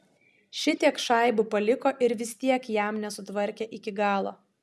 šitiek šaibų paliko ir vis tiek jam nesutvarkė iki galo